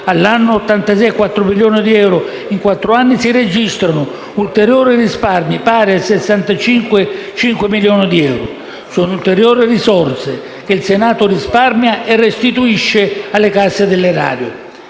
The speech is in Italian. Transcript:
all'anno (86,4 milioni di euro in quattro anni), si registrano ulteriori risparmi pari a 65,5 milioni di euro. Sono ulteriori risorse che il Senato risparmia e restituisce alle casse dell'erario.